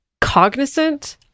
cognizant